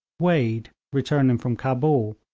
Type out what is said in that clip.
wade, returning from cabul,